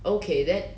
okay that